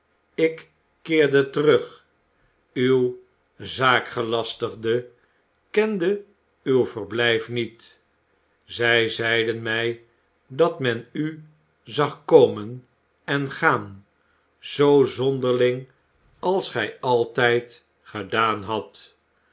ik keerde terug uw zaakgelastigden kenden uw verblijf niet zij zeiden mij dat men u zag komen en gaan zoo zonderling als gij altijd gedaan hadt